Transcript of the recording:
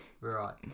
right